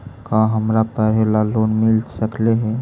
का हमरा पढ़े ल लोन मिल सकले हे?